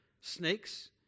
snakes